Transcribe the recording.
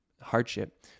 hardship